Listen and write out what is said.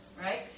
right